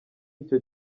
icyo